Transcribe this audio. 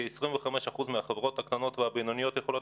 כ-25% מהחברות הקטנות והבינוניות יכולות